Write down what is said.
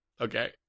Okay